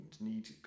need